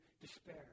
despair